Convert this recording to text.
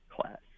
class